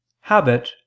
habit